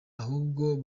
ahubwo